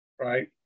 right